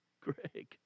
Greg